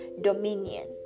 dominion